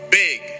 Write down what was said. big